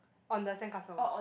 on the sand castle